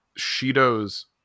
Shido's